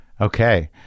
okay